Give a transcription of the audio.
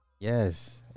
Yes